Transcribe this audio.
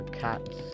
cats